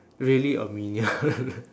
really a minion